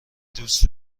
دوست